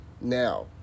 Now